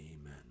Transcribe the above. Amen